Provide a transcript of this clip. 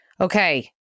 Okay